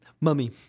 mummy